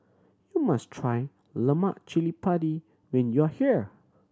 you must try lemak cili padi when you are here